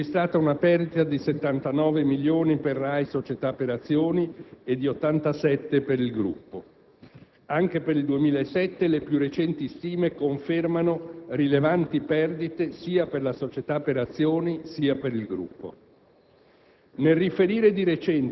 Nel 2006 si è registrata una perdita di 79 milioni per RAI società per azioni e di 87 per il gruppo. Anche per il 2007, le più recenti stime confermano rilevanti perdite sia per la società per azioni che per il gruppo.